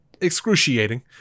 excruciating